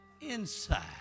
inside